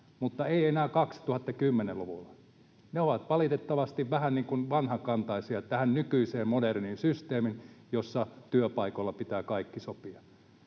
mutta eivät enää 2010-luvulla. Ne ovat valitettavasti vähän niin kuin vanhakantaisia tähän nykyiseen moderniin systeemiin, jossa työpaikoilla pitää kaikki sopia.